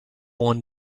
one